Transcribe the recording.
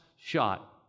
shot